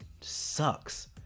sucks